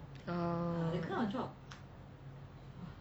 oh